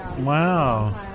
wow